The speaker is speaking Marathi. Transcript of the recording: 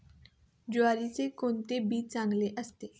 ज्वारीचे कोणते बी चांगले असते?